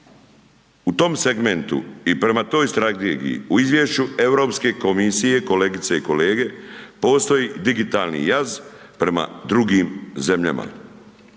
U tom segmentu i prema toj strategiji, u izvješću Europske komisije, kolegice i kolege, postoji digitalni jaz prema drugim zemljama.